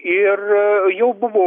ir jau buvo